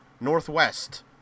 northwest